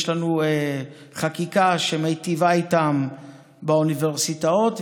יש לנו חקיקה שמטיבה איתם באוניברסיטאות,